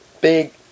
big